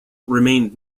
remained